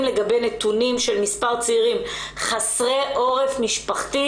לגבי נתונים של מספר צעירים חסרי עורף משפחתי,